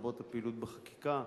לרבות הפעילות בחקיקה,